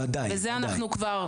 בזה אנחנו כבר